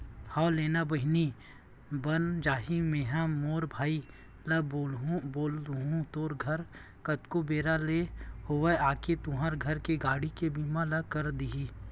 हव लेना ना बहिनी बन जाही मेंहा मोर भाई ल बोल दुहूँ तोर घर कतको बेरा ले होवय आके तुंहर घर के गाड़ी के बीमा ल कर दिही